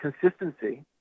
consistency